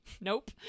Nope